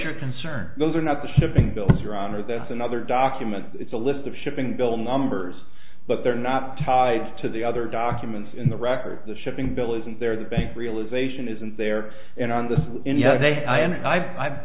you're concerned those are not the shipping bills your honor there's another document it's a list of shipping bill numbers but they're not tied to the other documents in the record the shipping bill isn't there the bank realisation isn't there and